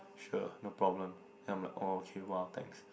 sure no problem I'm like orh okay !wow! thanks